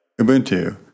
Ubuntu